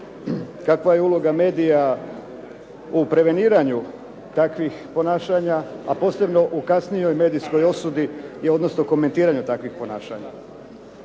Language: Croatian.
kakva je uloga medija u preveniranju takvih ponašanja a posebno u kasnijoj medijskoj osudi i odnosno komentiranja takvih ponašanja.